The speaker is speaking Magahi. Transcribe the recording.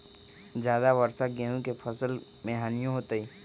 ज्यादा वर्षा गेंहू के फसल मे हानियों होतेई?